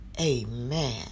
Amen